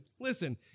listen